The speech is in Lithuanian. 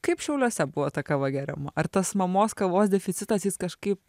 kaip šiauliuose buvo ta kava geriama ar tas mamos kavos deficitas jis kažkaip